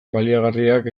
baliagarriak